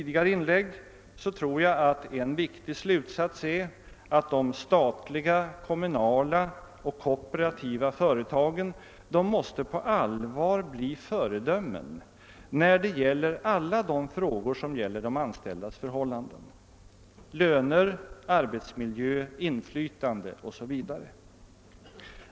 De statliga, kommunala och kooperativa företagen måste på allvar bli föredömen när det gäller alla frågor som rör de anställdas förhållanden — löner, arbetsmiljö, inflytande o. s. v.